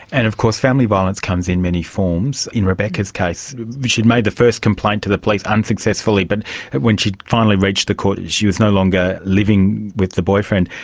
and of course family violence comes in many forms. in rebecca's case but she made the first complaint to the police unsuccessfully, but when she finally reached the court she was no longer living with the boyfriend,